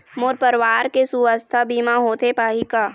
मोर परवार के सुवास्थ बीमा होथे पाही का?